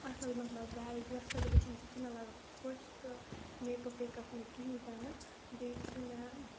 اَصٕل مطلب وٮ۪ل ڈرٛٮ۪سٕڈ بِہُن سُہ تہِ چھِ مےٚ لَگان خۄش تہٕ میکَپ ویکَپ نہٕ کِہیٖنۍ تِنہٕ بیٚیہِ چھِ مےٚ